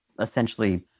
essentially